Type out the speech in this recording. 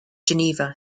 geneva